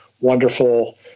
wonderful